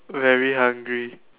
very hungry